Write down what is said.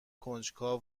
کنجکاو